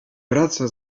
wraca